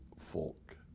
folk